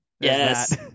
Yes